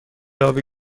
آبی